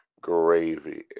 gravy